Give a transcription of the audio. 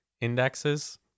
indexes